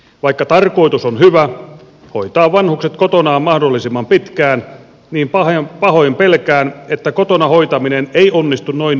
vaikka tarkoitus on hyvä hoitaa vanhukset kotonaan mahdollisimman pitkään pahoin pelkään että kotona hoitaminen ei onnistu noin intomielisillä säästötavoitteilla